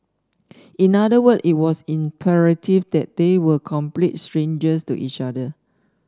in other word it was imperative that they were complete strangers to each other